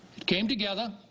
it came together